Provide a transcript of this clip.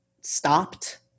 stopped